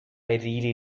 really